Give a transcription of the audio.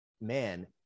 man